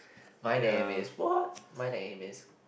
my name is what my name is